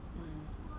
mm